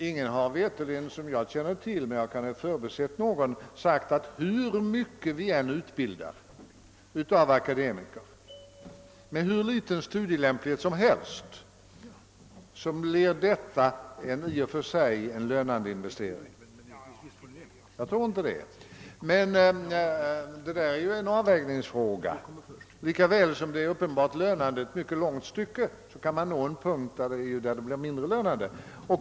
Ingen har mig veterligt — jag kan ha förbisett någon — sagt att hur mycket vi än utbildar av akademiker, med hur liten studielämplighet som helst, så blir detta en i och för sig lönande investering. Men det är ju en avvägningsfråga! Det är uppenbart lönande ett långt stycke, men man kan nå en punkt där det blir mindre lönande.